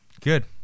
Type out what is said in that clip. Good